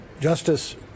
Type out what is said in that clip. Justice